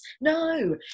No